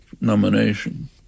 nomination